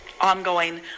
ongoing